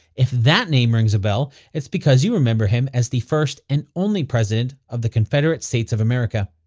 if that name rings a bell, it's because you remember him as the first and only president of the confederate states of america.